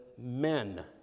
men